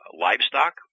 livestock